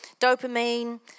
dopamine